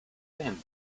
tempi